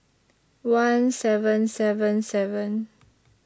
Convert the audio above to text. one seven seven seven